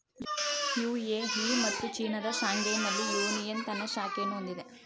UAE ಮತ್ತು ಚೀನಾದ ಶಾಂಘೈನಲ್ಲಿ ಯೂನಿಯನ್ ತನ್ನ ಶಾಖೆಯನ್ನು ಹೊಂದಿದೆ